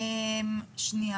שנייה.